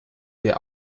der